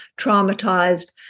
traumatized